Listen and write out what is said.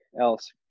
else